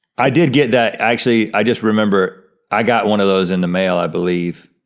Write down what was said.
i did get that, actually, i just remember, i got one of those in the mail i believe,